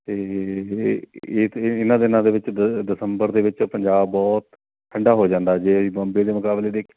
ਅਤੇ ਇਹ ਇਹ ਅਤੇ ਇਹਨਾਂ ਦਿਨਾਂ ਦੇ ਵਿੱਚ ਦ ਦਸੰਬਰ ਦੇ ਵਿੱਚ ਪੰਜਾਬ ਬਹੁਤ ਠੰਡਾ ਹੋ ਜਾਂਦਾ ਜੇ ਬੰਬੇ ਦੇ ਮੁਕਾਬਲੇ ਦੇਖ